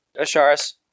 Asharis